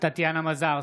טטיאנה מזרסקי,